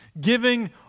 giving